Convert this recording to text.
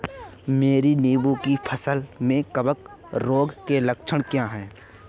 मेरी नींबू की फसल में कवक रोग के लक्षण क्या है?